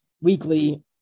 weekly